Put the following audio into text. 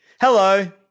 hello